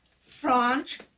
French